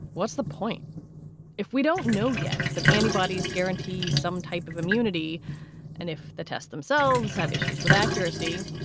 what's the point if we don't know yet that antibodies guarantee some type of immunity and if the tests themselves have issues with accuracy,